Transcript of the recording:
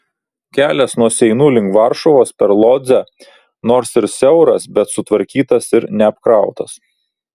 kelias nuo seinų link varšuvos per lodzę nors ir siauras bet sutvarkytas ir neapkrautas